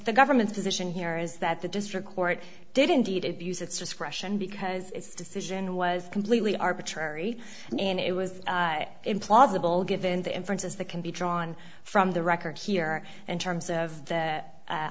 the government's position here is that the district court did indeed abuse its discretion because its decision was completely arbitrary and it was implausible given the inferences that can be drawn from the record here and terms of that